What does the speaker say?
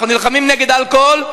אנחנו נלחמים נגד אלכוהול,